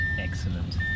Excellent